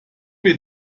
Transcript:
wir